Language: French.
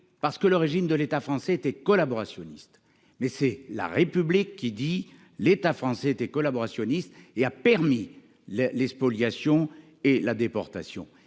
parce que le régime de l'état français était collaborationniste. Mais c'est la République qui dit l'État français était collaborationniste et a permis les les spoliations et la déportation.